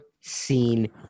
seen